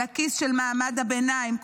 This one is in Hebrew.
על הכיס של מעמד הביניים.